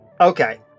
Okay